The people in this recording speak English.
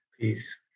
Peace